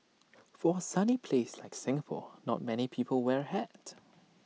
for A sunny place like Singapore not many people wear A hat